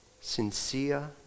sincere